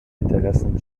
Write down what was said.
interessen